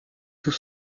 tout